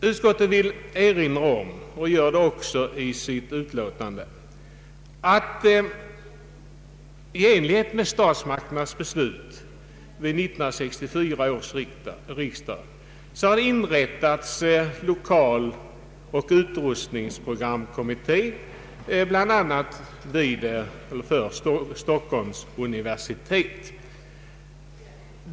Utskottet vill erinra om att det i enlighet med statsmakternas beslut vid 1964 års riksdag har inrättats lokaloch utrustningsprogramkommittéer bl.a. för Stockholms universitet.